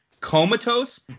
Comatose